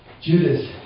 Judas